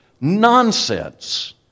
nonsense